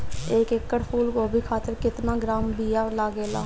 एक एकड़ फूल गोभी खातिर केतना ग्राम बीया लागेला?